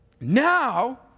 Now